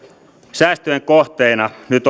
säästöjen kohteina nyt